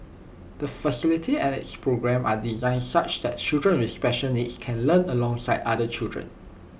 the facility and its programme are designed such that children with special needs can learn alongside other children